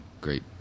great